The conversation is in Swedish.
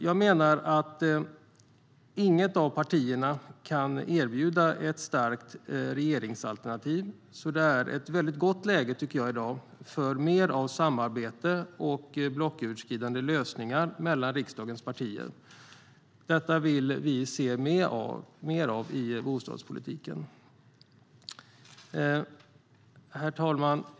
Jag menar att inget av partierna kan erbjuda ett starkt regeringsalternativ, så det är ett gott läge för mer av samarbete och blocköverskridande lösningar mellan riksdagens partier. Detta vill vi se mer av i bostadspolitiken. Herr talman!